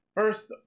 first